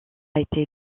été